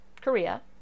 Korea